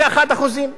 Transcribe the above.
שיעור האבטלה.